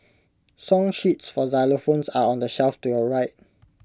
song sheets for xylophones are on the shelf to your right